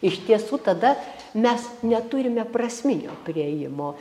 iš tiesų tada mes neturime prasminio priėjimo